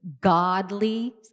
godly